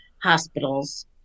hospitals